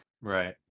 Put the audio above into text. right